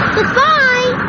Goodbye